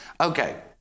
okay